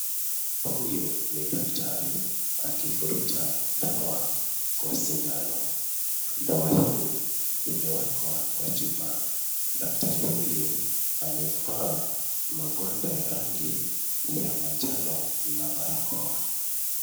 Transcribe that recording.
Huyu ni daktari akivuruta dawa kwa sindano. Dawa hii imewekwa kwa chupa. Daktari huyu amevaa magwanda ya rangi ya manjano na barakoa.